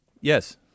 Yes